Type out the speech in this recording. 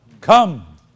come